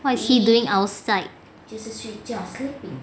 what is he doing outside